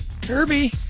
derby